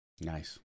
Nice